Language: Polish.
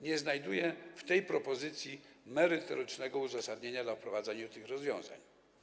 Nie znajduję w tej propozycji merytorycznego uzasadnienia wprowadzenia tych rozwiązań.